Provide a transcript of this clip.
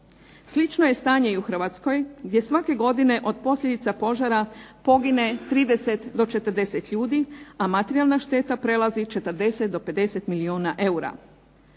Slično je stanje u Hrvatskoj gdje svake godine od posljedica požara pogine 30 do 40 ljudi, a materijalna šteta prelazi 40 do 50 milijuna eura.